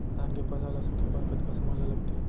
धान के फसल ल सूखे बर कतका समय ल लगथे?